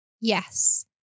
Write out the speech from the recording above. yes